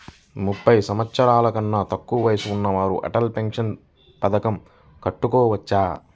ముప్పై సంవత్సరాలకన్నా తక్కువ ఉన్నవారు అటల్ పెన్షన్ పథకం కట్టుకోవచ్చా?